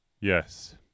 yes